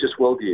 worldview